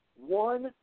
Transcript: one